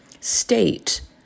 state